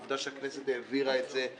עובדה שהכנסת העבירה את זה,